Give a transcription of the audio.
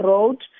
Road